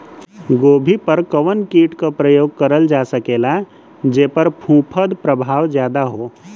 गोभी पर कवन कीट क प्रयोग करल जा सकेला जेपर फूंफद प्रभाव ज्यादा हो?